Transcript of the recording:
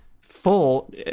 Full